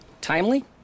timely